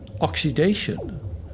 oxidation